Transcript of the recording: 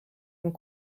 and